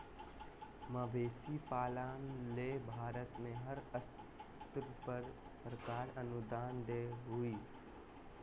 मवेशी पालन ले भारत में हर स्तर पर सरकार अनुदान दे हई